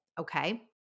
okay